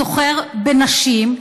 סוחר בנשים,